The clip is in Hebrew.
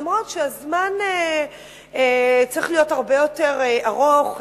אף שהזמן צריך להיות הרבה יותר ארוך,